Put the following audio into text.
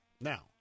Now